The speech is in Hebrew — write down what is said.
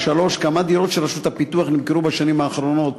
3. כמה דירות של רשות הפיתוח נמכרו בשנים האחרונות